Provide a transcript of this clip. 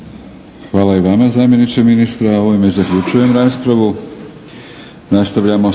Hvala i vama zamjeniče ministra. Ovime zaključujem raspravu.